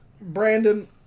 Brandon